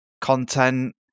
content